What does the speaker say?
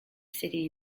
city